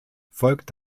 folgt